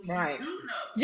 right